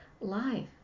life